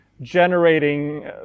Generating